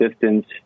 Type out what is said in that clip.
distance